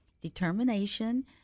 determination